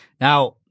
Now –